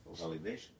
Validation